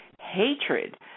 hatred